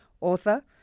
author